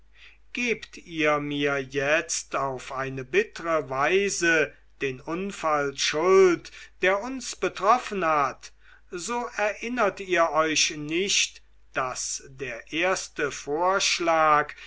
gebt ihr mir jetzt auf eine bittre weise den unfall schuld der uns betroffen hat so erinnert ihr euch nicht daß der erste vorschlag